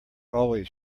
always